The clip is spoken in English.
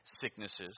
sicknesses